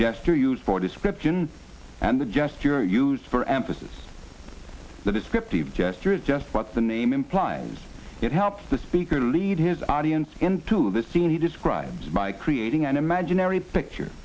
gesture used for description and adjust your use for emphasis the descriptive gesture is just what the name implies it helps the speaker lead his audience into the scene he describes by creating an imaginary picture